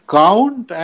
count